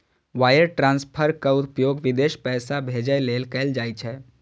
wire ट्रांसफरक उपयोग विदेश पैसा भेजै लेल कैल जाइ छै